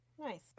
Nice